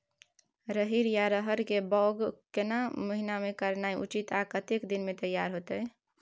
रहरि या रहर के बौग केना महीना में करनाई उचित आ कतेक दिन में तैयार होतय?